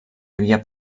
havia